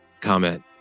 comment